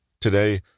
Today